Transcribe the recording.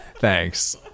Thanks